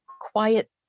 quiet